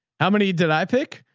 how many did i pick?